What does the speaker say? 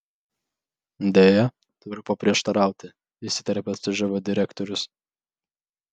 deja turiu paprieštarauti įsiterpė cžv direktorius